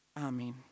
Amen